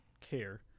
care